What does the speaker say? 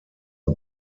are